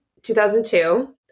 2002